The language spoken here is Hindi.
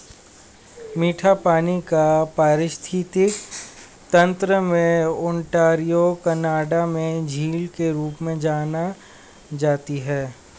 मीठे पानी का पारिस्थितिकी तंत्र में ओंटारियो कनाडा में झील के रूप में जानी जाती है